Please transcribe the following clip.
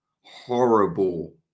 horrible